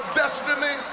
destiny